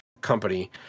company